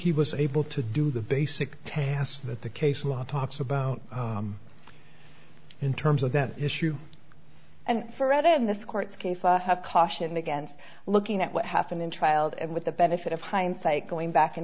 he was able to do the basic tasks that the case law talks about in terms of that issue and fred in this court case i have cautioned against looking at what happened in trials and with the benefit of hindsight going back